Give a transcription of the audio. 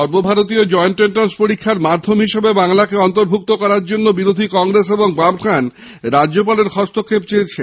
সর্ব ভারতীয় joint entrance পরীক্ষার মাধ্যম হিসেবে বাংলাকে অন্তর্ভুক্ত করার ব্যাপারে বিরোধী কংগ্রেস ও বামফ্রন্ট রাজ্যপালের হস্তক্ষেপের আবেদন জানিয়েছে